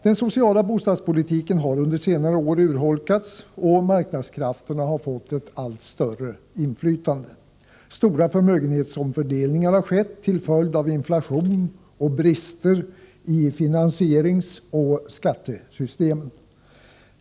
Den sociala bostadspolitiken har under senare år urholkats, och marknadskrafterna har fått ett allt större inflytande. Stora förmögenhetsomfördelningar har skett till följd av inflation och brister i finansieringsoch skattesystem.